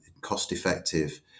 cost-effective